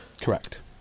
Correct